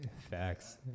Facts